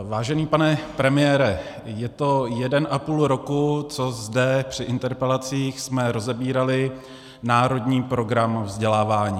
Vážený pane premiére, je to jeden a půl roku, co jsme zde při interpelacích rozebírali národní program vzdělávání.